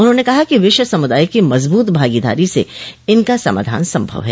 उन्होंने कहा कि विश्व समुदाय की मजबूत भागीदारी से इनका समाधान संभव है